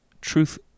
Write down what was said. truth